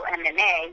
mma